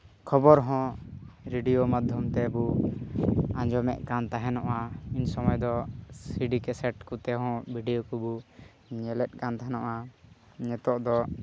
ᱠᱷᱚᱵᱚᱨ ᱦᱚᱸ ᱨᱤᱰᱤᱭᱳ ᱢᱟᱫᱽᱫᱷᱚᱢ ᱛᱮᱵᱚ ᱟᱸᱡᱚᱢᱮᱫ ᱠᱟᱱ ᱛᱟᱦᱮᱱᱚᱜᱼᱚ ᱢᱤᱫ ᱥᱚᱢᱚᱭ ᱫᱚ ᱥᱤᱰᱤ ᱠᱮᱥᱮᱴ ᱠᱚᱛᱮ ᱦᱚᱸ ᱵᱷᱤᱰᱤᱭᱳ ᱠᱚᱵᱚ ᱧᱮᱞᱮᱫ ᱠᱟᱱ ᱛᱟᱦᱮᱱᱚᱜᱼᱟ ᱱᱤᱛᱳᱜ ᱫᱚ